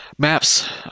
maps